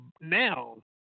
now